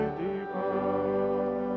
divine